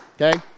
okay